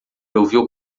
ouviu